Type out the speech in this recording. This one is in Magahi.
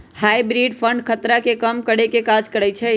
हाइब्रिड फंड खतरा के कम करेके काज करइ छइ